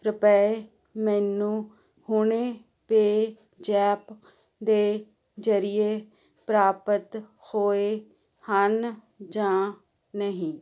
ਰੁਪਏ ਮੈਨੂੰ ਹੁਣੇ ਪੇਜ਼ੈਪ ਦੇ ਜਰੀਏ ਪ੍ਰਾਪਤ ਹੋਏ ਹਨ ਜਾਂ ਨਹੀਂ